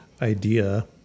idea